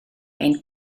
ein